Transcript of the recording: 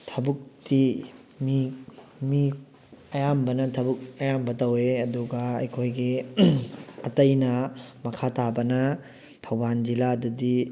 ꯊꯕꯛꯇꯤ ꯃꯤ ꯃꯤ ꯑꯌꯥꯝꯕꯅ ꯊꯕꯛ ꯑꯌꯥꯝꯕ ꯇꯧꯋꯤ ꯑꯗꯨꯒ ꯑꯩꯈꯣꯏꯒꯤ ꯑꯇꯩꯅ ꯃꯈꯥ ꯇꯥꯕꯅ ꯊꯧꯕꯥꯜ ꯖꯤꯜꯂꯥꯗꯗꯤ